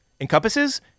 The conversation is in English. Encompasses